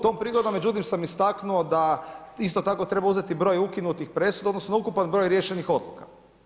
Tom prigodom sam međutim istaknuo da isto tako treba uzeti broj ukinutih presuda, odnosno ukupan broj riješenih odluka.